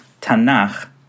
Tanakh